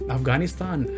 Afghanistan